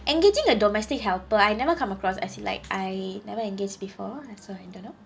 engaging a domestic helper I never come across as in like I never engaged before so I don't know